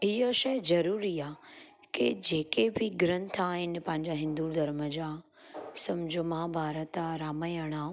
इह शइ ज़रूरी आ्हे के जेके बि ग्रंथ आहिनि पंहिंजा हिन्दु धर्म जा समुझो महाभारत आहे रामायण आहे